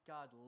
God